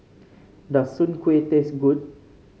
does Soon Kuih taste good